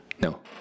no